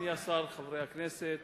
אדוני השר, חברי הכנסת,